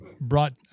Brought